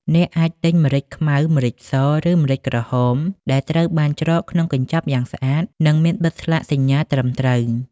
អ្នកអាចទិញម្រេចខ្មៅ ម្រេចស ឬម្រេចក្រហម ដែលត្រូវបានច្រកក្នុងកញ្ចប់យ៉ាងស្អាត និងមានបិទស្លាកសញ្ញាត្រឹមត្រូវ។